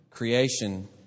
creation